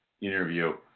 interview